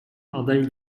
aday